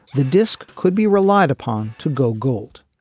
the disc could be relied upon to go gold.